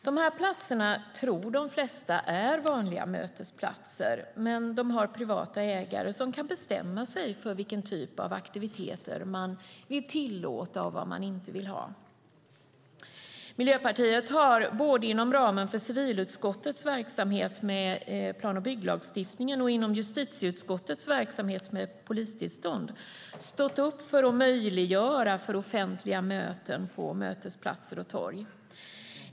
De flesta tror att dessa platser är vanliga mötesplatser, men de har privata ägare som kan bestämma sig för vilken typ av aktiviteter man vill tillåta och vad man inte vill ha. Miljöpartiet har både inom ramen för civilutskottets verksamhet med plan och bygglagstiftningen och inom justitieutskottets verksamhet med polistillstånd stått upp för att möjliggöra offentliga möten på mötesplatser och torg.